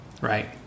right